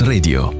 Radio